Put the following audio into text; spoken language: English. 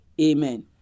Amen